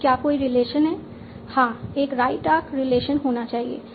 अब क्या कोई रिलेशन है हां एक राइट आर्क रिलेशन होना चाहिए